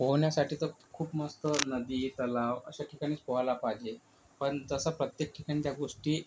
पोहण्यासाठी तर खूप मस्त नदी तलाव अशा ठिकाणीच पोहायला पाहिजे पण तसं प्रत्येक ठिकाणी त्या गोष्टी